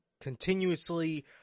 continuously